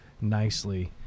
nicely